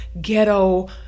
ghetto